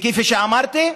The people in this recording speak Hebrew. כפי שאמרתי,